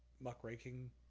muckraking